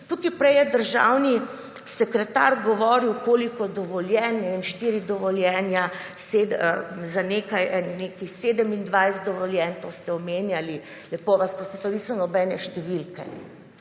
tukaj je prej državni sekretar govoril koliko dovoljenja in štiri dovoljenja za nekaj, nekih 27 dovoljen to ste omenjali, lepo vas prosim, saj to niso nobene številke.